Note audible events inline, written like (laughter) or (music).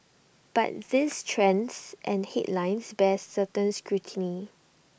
but these trends and headlines bear (unintelligible) scrutiny